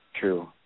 true